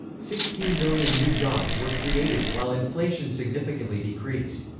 sixteen million new jobs were created, while inflation significantly decreased.